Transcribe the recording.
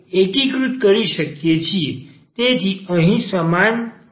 તેથી આ અહીં સમાન છે